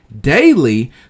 daily